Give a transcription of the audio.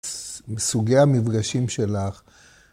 סוגי המפגשים שלך.